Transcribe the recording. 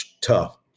tough